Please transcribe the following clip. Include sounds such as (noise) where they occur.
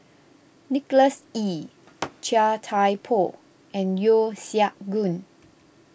Nicholas Ee (noise) Chia Thye Poh and Yeo Siak Goon